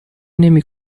نمی